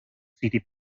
city